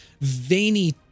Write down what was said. veiny